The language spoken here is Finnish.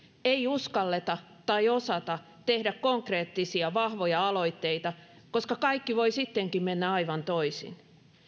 ei uskalleta tai osata tehdä konkreettisia vahvoja aloitteita koska kaikki voi sittenkin mennä aivan toisin